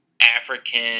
african